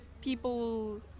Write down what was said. people